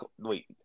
wait